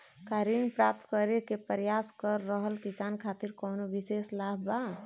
का ऋण प्राप्त करे के प्रयास कर रहल किसान खातिर कउनो विशेष लाभ बा?